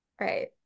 right